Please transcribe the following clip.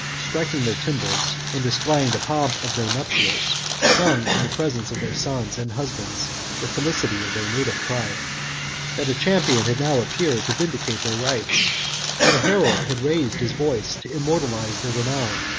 striking their tymbals, and displaying the pomp of their nuptials, sung in the presence of their sons and husbands the felicity of their native tribe that a champion had now appeared to vindicate their rights that a herald had raised his voice to immortalize their renown.